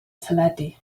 teledu